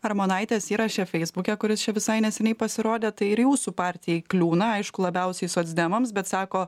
armonaitės įraše feisbuke kuris čia visai neseniai pasirodė tai ir jūsų partijai kliūna aišku labiausiai socdemams bet sako